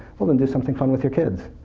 well then, do something fun with your kids,